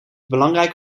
belangrijk